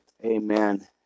Amen